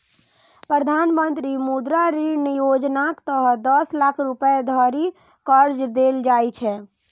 प्रधानमंत्री मुद्रा ऋण योजनाक तहत दस लाख रुपैया धरि कर्ज देल जाइ छै